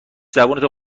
زبونتو